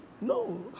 No